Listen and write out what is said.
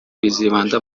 bizibanda